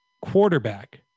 quarterback